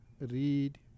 read